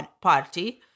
party